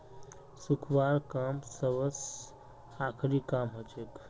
सुखव्वार काम सबस आखरी काम हछेक